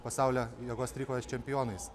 pasaulio jėgos trikovės čempionais